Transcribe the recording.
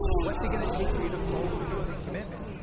what's it going to take for you to follow through on these commitments?